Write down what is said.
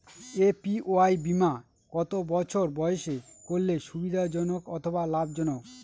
APY বীমা কত বছর বয়সে করলে সুবিধা জনক অথবা লাভজনক?